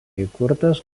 įkurtas